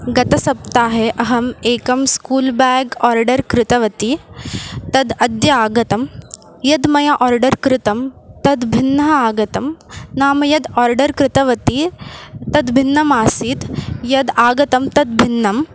गतसप्ताहे अहम् एकं स्कूल् ब्याग् आर्डर् कृतवती तद् अद्य आगतं यद् मया आर्डर् कृतं तद् भिन्नम् आगतं नाम यद् आर्डर् कृतवती तद् भिन्नमासीत् यद् आगतं तद् भिन्नं